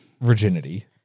virginity